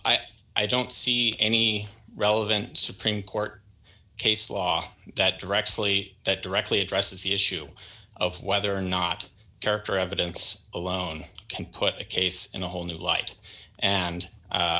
up i don't see any relevant supreme court case law that directly that directly addresses the issue of whether or not character evidence alone can put the case in a whole new light and